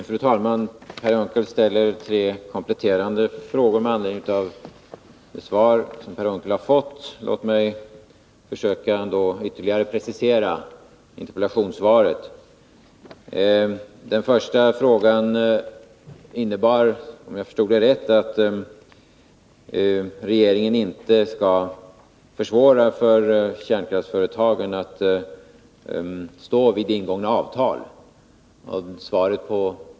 Fru talman! Per Unckel ställer tre kompletterande frågor med anledning av det svar som han har fått. Låt mig därför försöka att ytterligare precisera interpellationssvaret. Den första frågan innebar, om jag förstod den rätt, att regeringen inte skall försvåra för kärnkraftsföretagen att stå fast vid ingångna avtal.